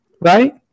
right